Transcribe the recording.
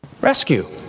Rescue